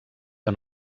que